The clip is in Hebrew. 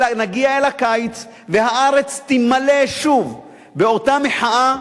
נגיע אל הקיץ והארץ תימלא שוב באותה מחאה,